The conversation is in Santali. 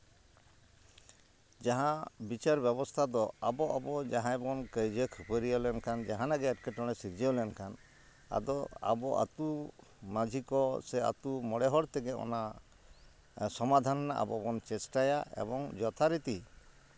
ᱡᱟᱦᱟᱸ ᱵᱤᱪᱟᱨ ᱵᱮᱵᱚᱥᱛᱟ ᱫᱚ ᱟᱵᱚ ᱟᱵᱚ ᱡᱟᱦᱟᱸᱭ ᱵᱚᱱ ᱠᱟᱹᱭᱡᱟᱹ ᱠᱷᱟᱹᱯᱟᱹᱨᱤᱭᱟᱹ ᱞᱮᱱᱠᱷᱟᱱ ᱡᱟᱦᱟᱱᱟᱜ ᱜᱮ ᱮᱴᱠᱮᱴᱚᱬᱮ ᱥᱤᱨᱡᱟᱹᱣ ᱞᱮᱱᱠᱷᱟᱱ ᱟᱫᱚ ᱟᱵᱚ ᱟᱛᱳ ᱢᱟᱹᱡᱷᱤ ᱠᱚ ᱥᱮ ᱟᱛᱳ ᱢᱚᱬᱮ ᱦᱚᱲ ᱛᱮᱜᱮ ᱚᱱᱟ ᱥᱚᱢᱟᱫᱷᱟᱱ ᱨᱮᱱᱟᱜ ᱟᱵᱚ ᱵᱚᱱ ᱪᱮᱥᱴᱟᱭᱟ ᱮᱵᱚᱝ ᱡᱚᱛᱷᱟᱨᱤᱛᱤ